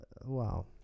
Wow